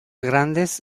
grandes